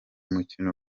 mukino